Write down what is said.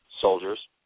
soldiers